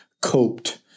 coped